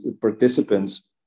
participants